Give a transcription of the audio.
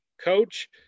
coach